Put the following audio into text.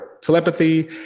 telepathy